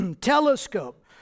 telescope